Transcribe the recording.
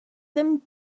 them